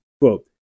Quote